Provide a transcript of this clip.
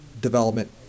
development